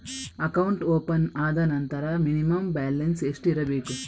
Account open ಆದ ನಂತರ minimum balance ಎಷ್ಟಿರಬೇಕು?